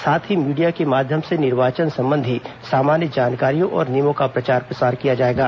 साथ ही मीडिया के माध्यम से निर्वाचन संबंधी सामान्य जानकारियों और नियमों का प्रचार प्रसार किया जाएगा